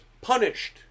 punished